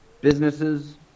businesses